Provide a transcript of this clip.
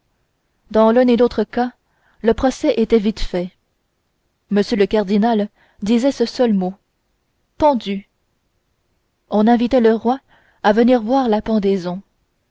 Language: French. dans l'un et l'autre cas le procès était vite fait m le cardinal disait ce seul mot pendu on invitait le roi à venir voir la pendaison